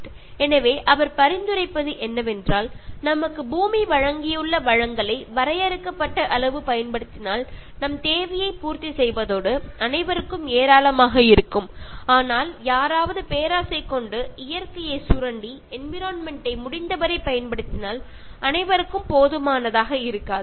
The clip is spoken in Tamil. " எனவே அவர் பரிந்துரைப்பது என்னவென்றால் நமக்கு பூமி வழங்கியுள்ள வழங்கலை வரையறுக்கப்பட்ட அளவு பயன்படுத்தினால் நம் தேவையைப் பூர்த்தி செய்வதோடு அனைவருக்கும் ஏராளமாக இருக்கும் ஆனால் யாராவது பேராசை கொண்டு இயற்கையை சுரண்டி என்விரான்மென்ட் டை முடிந்தவரை பயன்படுத்தினால் அனைவருக்கும் போதுமானதாக இருக்காது